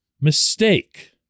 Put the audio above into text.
mistake